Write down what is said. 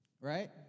Right